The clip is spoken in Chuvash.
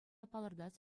палӑртас